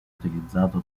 utilizzato